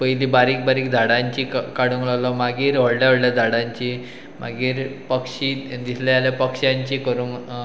पयलीं बारीक बारीक झाडांची काडूंक लागलो मागीर व्हडल्या व्हडल्या झाडांची मागीर पक्षी दिसले जाल्यार पक्षांची करूंक